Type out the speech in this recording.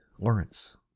Lawrence